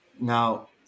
Now